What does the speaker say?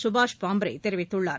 சுபாஷ் பாம்ரே தெரிவித்துள்ளார்